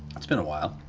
it's been a while.